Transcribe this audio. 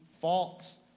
false